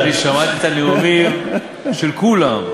אני שמעתי את הנאומים של כולם,